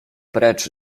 precz